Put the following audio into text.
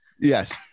Yes